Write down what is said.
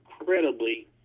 incredibly